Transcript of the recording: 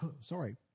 Sorry